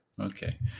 okay